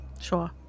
Sure